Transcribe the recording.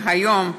והיום,